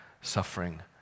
suffering